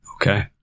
Okay